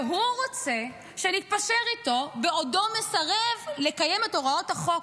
הוא רוצה שנתפשר איתו בעודו מסרב לקיים את הוראות החוק.